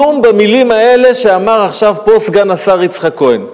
כלום, במלים האלה שאמר עכשיו פה סגן השר יצחק כהן.